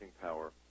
power